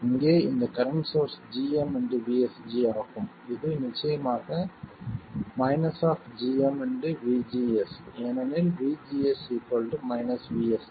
இங்கே இந்த current source gm vSG ஆகும் இது நிச்சயமாக gm vGS ஏனெனில் vGS vSG